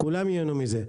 כולם ייהנו מזה.